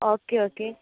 okay okay